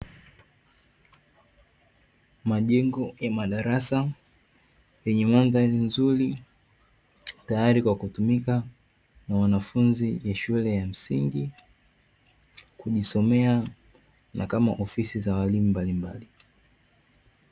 Majengo ya madarasa yenye mandhari nzuri tayari kwa kutumika na wanafunzi wa shule ya msingi, kujisomea na kama ofisi za walimu mbalimbali.